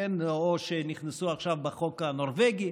או שנכנסו עכשיו בחוק הנורבגי,